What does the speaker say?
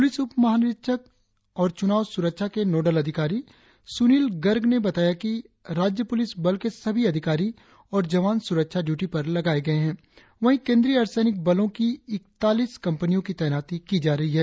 police उप महानिरीक्षक और चुनाव सुरक्षा के नोडल अधिकारी सुनील गर्ग ने बताया कि राज्य पुलिस बल के सभी अधिकारी और जवान सुरक्षा ड्यूटी पर लगाये गए है वही केंद्रीय अर्धसैलिक बलों की इक्तालीस कंपनियों की तैनाती की जा रही है